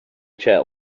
chat